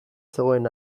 zegoen